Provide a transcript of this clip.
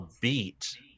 beat